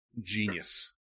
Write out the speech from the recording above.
Genius